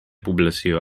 població